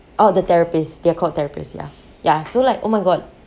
oh the therapists they're called therapists ya ya so like oh my god